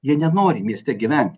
jie nenori mieste gyvent